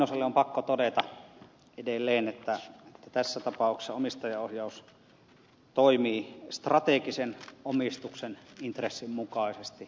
oinoselle on pakko todeta edelleen että tässä tapauksessa omistajaohjaus toimii strategisen omistuksen intressin mukaisesti